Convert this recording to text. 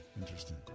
Interesting